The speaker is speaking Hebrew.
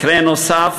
מקרה נוסף,